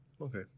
Okay